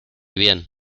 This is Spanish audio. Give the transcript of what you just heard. bien